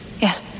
yes